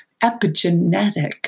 epigenetic